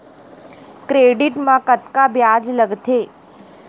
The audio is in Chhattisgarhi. क्रेडिट मा कतका ब्याज लगथे?